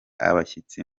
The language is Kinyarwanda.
abashyitsi